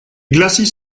glacis